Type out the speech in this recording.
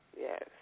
Yes